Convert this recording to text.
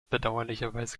bedauerlicherweise